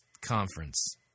conference